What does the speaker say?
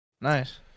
Nice